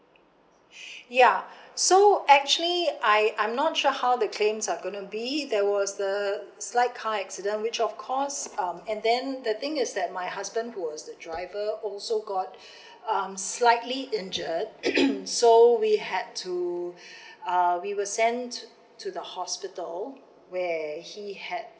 ya so actually I I'm not sure how the claims are gonna be there was the slight car accident which of course um and then the thing is that my husband who was the driver also got um slightly injured so we had to uh we were sent to the hospital where he had